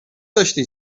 داشتی